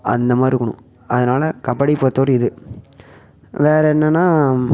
அந்த மாதிரி இருக்கணும் அதனால் கபடி பொறுத்த வரையும் இது வேற என்னென்னா